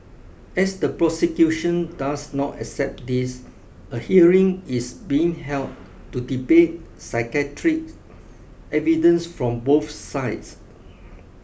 as the prosecution does not accept this a hearing is being held to debate psychiatric evidence from both sides